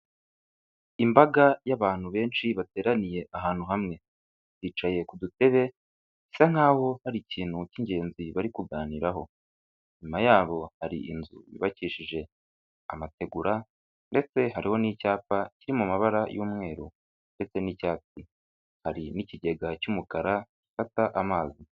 Imbaga y'abantu benshi bateraniye ahantu hamwe. Bicaye ku dutebe bisa nk'aho hari ikintu cy'ingenzi bari kuganiraho. Inyuma yabo hari inzu yubakishije amategura ndetse hariho n'icyapa kiri mu mabara y'umweru ndetse n'icyatsi. Hari n'ikigega cy'umukara gifata amazi.